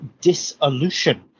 dissolution